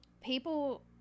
people